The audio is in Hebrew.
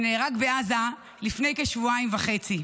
שנהרג בעזה לפני כשבועיים וחצי.